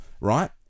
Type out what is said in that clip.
right